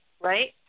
right